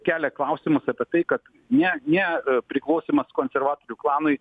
kelia klausimus apie tai kad ne ne priklausymas konservatorių klanui